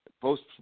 Post